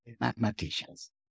mathematicians